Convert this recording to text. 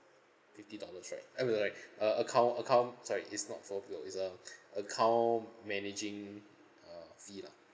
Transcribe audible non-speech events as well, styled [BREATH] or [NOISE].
fifty dollars right account account sorry it's not fall below it's a [BREATH] account managing uh fee lah